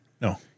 No